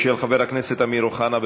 של חבר הכנסת אמיר אוחנה.